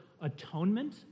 atonement